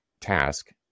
task